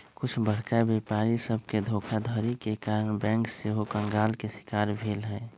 कुछ बरका व्यापारी सभके धोखाधड़ी के कारणे बैंक सेहो कंगाल के शिकार भेल हइ